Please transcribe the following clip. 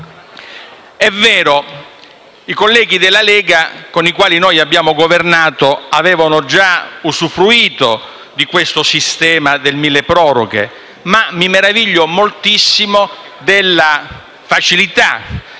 È vero che i colleghi della Lega, con i quali abbiamo governato, avevano già usufruito del sistema del milleproroghe. Mi meraviglio però moltissimo della facilità